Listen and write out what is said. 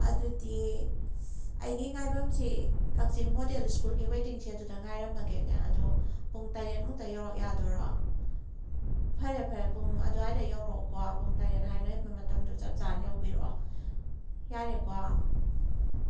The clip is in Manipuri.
ꯑꯗꯨꯗꯤ ꯑꯩꯒꯤ ꯉꯥꯏꯐꯝꯁꯤ ꯀꯛꯆꯤꯡ ꯃꯣꯗꯦꯜ ꯁ꯭ꯀꯨꯜꯒꯤ ꯋꯦꯇꯤꯡ ꯁꯦꯠꯇꯨꯗ ꯉꯥꯏꯔꯝꯃꯒꯦꯅꯦ ꯑꯗꯨ ꯄꯨꯡ ꯇꯔꯦꯠꯃꯨꯛꯇ ꯌꯧꯔꯛ ꯌꯥꯗꯧꯔꯥ ꯐꯔꯦ ꯐꯔꯦ ꯄꯨꯡ ꯑꯗꯨꯋꯥꯏꯗ ꯌꯧꯔꯛꯑꯣꯀꯣ ꯄꯨꯡ ꯇꯔꯦꯠ ꯍꯥꯏꯅꯕ ꯃꯇꯝꯗꯨꯗ ꯆꯞ ꯆꯥꯅ ꯌꯧꯕꯤꯔꯛꯑꯣ ꯌꯥꯔꯦꯀꯣ